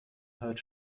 hört